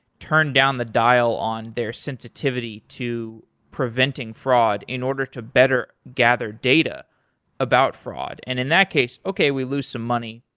turn down the dial on their sensitivity to preventing fraud in order to better gather data about fraud. and in that case, okay, we lose some money.